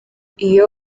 iyo